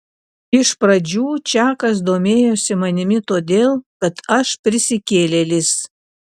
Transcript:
iš pradžių čakas domėjosi manimi todėl kad aš prisikėlėlis